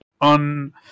on